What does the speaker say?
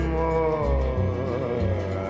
more